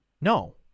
No